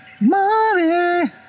money